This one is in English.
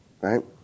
right